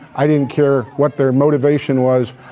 i didn't care what their motivation was.